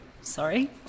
sorry